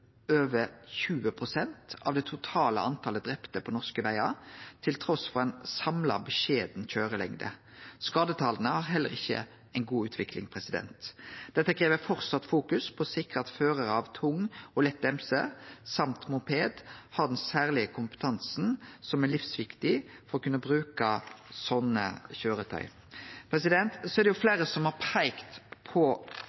over 20 pst. av det totale talet på drepne på norske vegar, trass ei samla beskjeden køyrelengde. Skadetala har heller ikkje ei god utvikling. Der tenkjer eg me framleis må fokusere på å sikre at førarar av tung og lett mc og moped har den særlege kompetansen som er livsviktig for å kunne bruke sånne